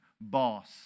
Boss